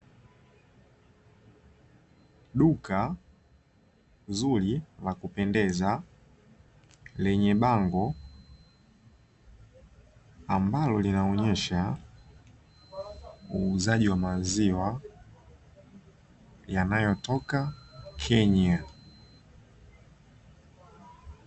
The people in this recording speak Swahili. Duka zuri la kupendeza lenye bango ambalo linaonyesha uuzaji wa maziwa yanayotoka Kenya.